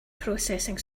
processing